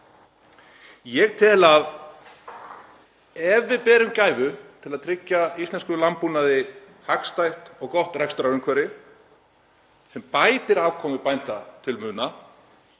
Ég tel að ef við berum gæfu til að tryggja íslenskum landbúnaði hagstætt og gott rekstrarumhverfi sem bætir afkomu bænda til muna